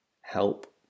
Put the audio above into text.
help